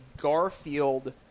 Garfield